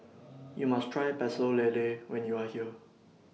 YOU must Try Pecel Lele when YOU Are here